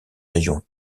régions